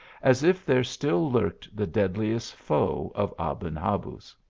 as if there still lurked the deadliest foe of aben habuz.